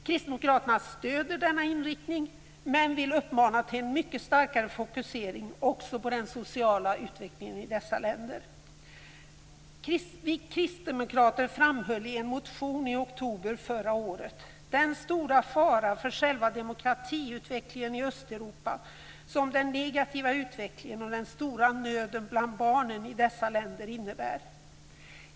Kristdemokraterna stöder denna inriktning men vill uppmana till en mycket starkare fokusering också på den sociala utvecklingen i dessa länder. Vi kristdemokrater framhöll i en motion i oktober förra året den stora fara för själva demokratiutvecklingen i Östeuropa som den negativa utvecklingen och den stora nöden bland barnen i dessa länder innebär.